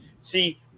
See